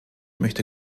möchte